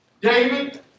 David